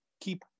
keep